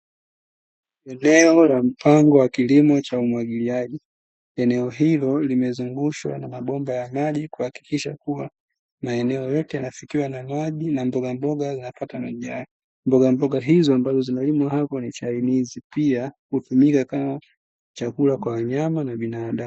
Eneo la mpango wa kilimo cha umwagiliaji. Eneo hilo limezungushwa na mabomba ya maji kuhakikisha kuwa maeneo yote yanafikiwa na maji na mbogamboga zinapata maji hayo. Mbogamboga hizo ambazo zinalimwa hapo ni chainizi, pia hutumika kama chakula kwa wanyama na binadamu.